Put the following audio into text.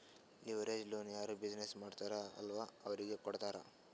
leverage loan ಯಾರ್ business ಮಾಡ್ತಾರ್ ಅಲ್ಲಾ ಅವ್ರಿಗೆ ಕೊಡ್ತಾರ್